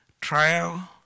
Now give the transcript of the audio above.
trial